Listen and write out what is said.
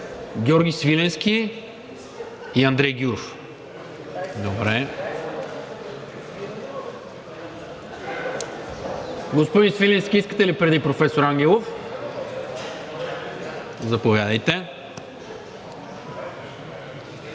Георги Свиленски и Андрей Гюров. Господин Свиленски, искате ли преди професор Ангелов? Заповядайте.